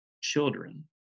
children